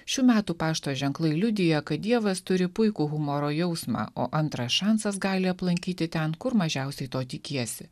šių metų pašto ženklai liudija kad dievas turi puikų humoro jausmą o antras šansas gali aplankyti ten kur mažiausiai to tikiesi